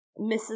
Mrs